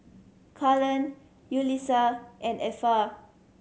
Cullen Yulissa and Effa